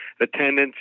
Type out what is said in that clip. attendance